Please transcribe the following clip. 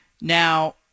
Now